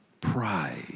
Pride